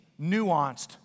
nuanced